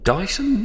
Dyson